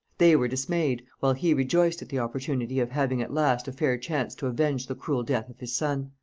they were dismayed, while he rejoiced at the opportunity of having at last a fair chance to avenge the cruel death of his son.